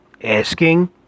Asking